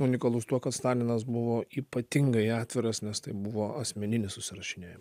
unikalus tuo kad stalinas buvo ypatingai atviras nes tai buvo asmeninis susirašinėjim